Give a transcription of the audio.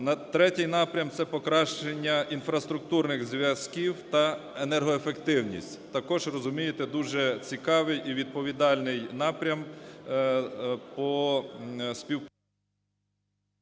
Третій напрям – це покращення інфраструктурних зв'язків та енергоефективність. Також, розумієте, дуже цікавий і відповідальний напрям по спів...